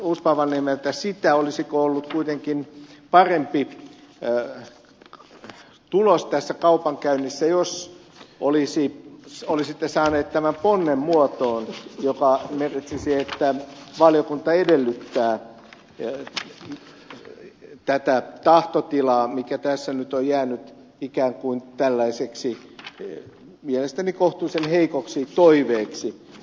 uusipaavalniemeltä sitä olisiko ollut kuitenkin parempi tulos tässä kaupankäynnissä jos olisitte saanut tämän ponnen muotoon joka merkitsisi että valiokunta edellyttää tätä tahtotilaa mikä tässä nyt on jäänyt ikään kuin mielestäni kohtuullisen heikoksi toiveeksi